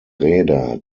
räder